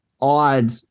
odd